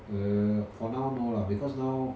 err for now no lah because now